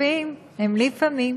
"חופים הם לפעמים".